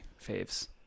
faves